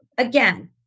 Again